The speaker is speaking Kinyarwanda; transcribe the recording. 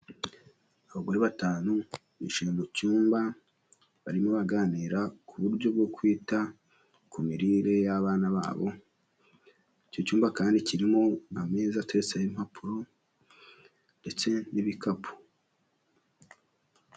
Abagore batanu bicaye mu cyumba barimo baganira ku buryo bwo kwita ku mirire y'abana babo, icyo cyumba kandi kirimo ameza ateretseho impapuro ndetse n'ibikapu.